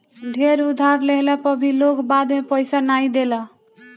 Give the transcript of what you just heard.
ढेर उधार लेहला पअ भी लोग बाद में पईसा नाइ देला